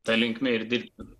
ta linkme ir dirbti